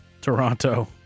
Toronto